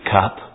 cup